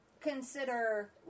consider